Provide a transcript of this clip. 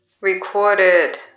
recorded